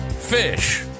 fish